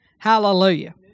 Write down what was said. Hallelujah